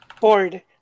board